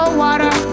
water